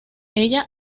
ella